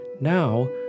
Now